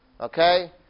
Okay